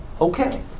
Okay